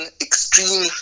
extreme